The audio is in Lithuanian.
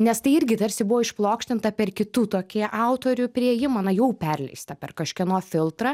nes tai irgi tarsi buvo išplokštinta per kitų tokį autorių priėjimą na jau perleistą per kažkieno filtrą